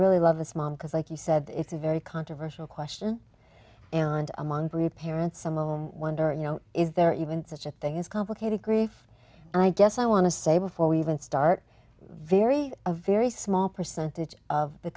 really love this mom because like you said it's a very controversial question and among parents some of them wonder you know is there even such a thing as complicated grief i guess i want to say before we even start very a very small percentage of the